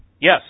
Yes